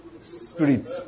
spirit